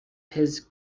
his